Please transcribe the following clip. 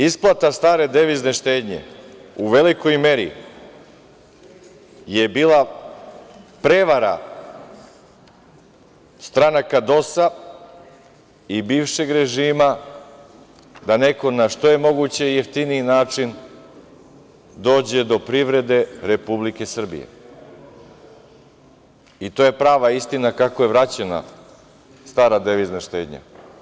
Isplata stare devizne štednje u velikoj meri je bila prevara stranaka DOS-a i bivšeg režima da neko na što je moguće jeftiniji način dođe do privrede Republike Srbije i to je prava istina kako je vraćena stara devizna štednja.